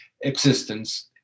existence